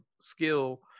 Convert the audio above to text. skill